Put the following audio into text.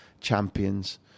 champions